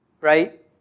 right